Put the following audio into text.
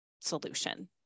solution